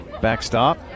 backstop